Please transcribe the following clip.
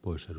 oy shell